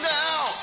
now